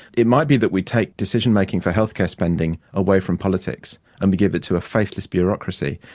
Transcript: it might be that we take decision-making for healthcare spending away from politics and we give it to a faceless bureaucracy.